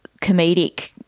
comedic